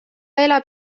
elab